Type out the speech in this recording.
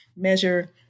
measure